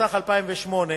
התשס"ח 2008,